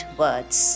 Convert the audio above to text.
words